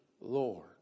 Lord